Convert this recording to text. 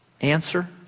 answer